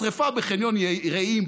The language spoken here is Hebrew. שרפה בחניון רעים,